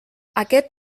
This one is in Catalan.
aquest